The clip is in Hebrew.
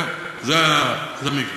כן, זה המקווה.